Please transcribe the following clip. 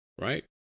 Right